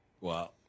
Wow